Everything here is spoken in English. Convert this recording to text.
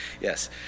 Yes